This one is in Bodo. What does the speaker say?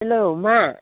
हेलौ मा